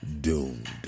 doomed